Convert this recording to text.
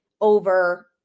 over